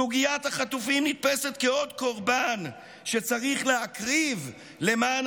סוגיית החטופים נתפסת כעוד קורבן שצריך להקריב למען